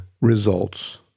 results